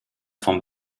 vom